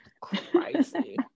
crazy